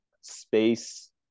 space